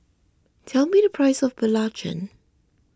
tell me the price of Belacan